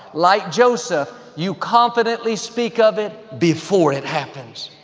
like joseph, you confidently speak of it before it happens.